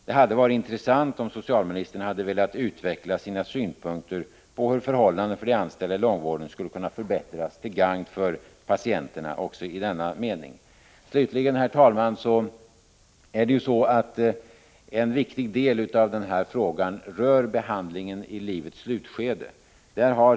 Det hade varit intressant om socialministern hade velat utveckla sina synpunkter på hur förhållandena för de anställda i långvården skulle kunna förbättras, också i denna mening till gagn för patienterna. Slutligen, herr talman, rör en viktig del i denna fråga behandling i livets slutskede.